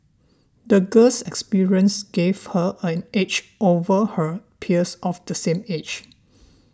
the girl's experiences gave her an edge over her peers of the same age